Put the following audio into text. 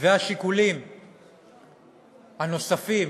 והשיקולים הנוספים